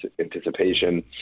anticipation